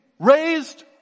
raised